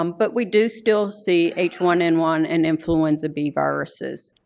um but we do still see h one n one and influenza b viruses.